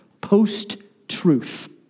Post-truth